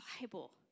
Bible